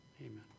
Amen